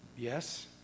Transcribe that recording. Yes